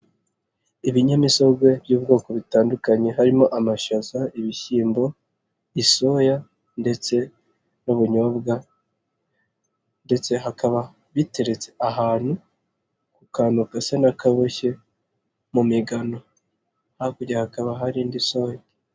Ibinyamisogwe by'ubwoko butandukanye harimo amashaza, ibishyimbo, isoya ,ndetse n'ubunyobwa ndetse hakaba biteretse ahantu ku kantu gasa n'akaboshye mu migano hakurya hakaba hari indi soya.